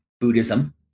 Buddhism